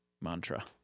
mantra